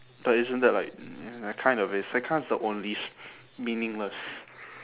but isn't that like uh it kind of is that kind is the only meaningless